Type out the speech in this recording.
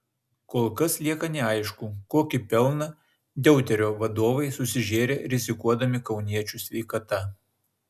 kol kas lieka neaišku kokį pelną deuterio vadovai susižėrė rizikuodami kauniečių sveikata